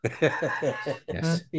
yes